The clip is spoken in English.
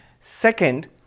Second